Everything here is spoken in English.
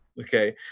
okay